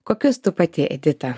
kokius tu pati edita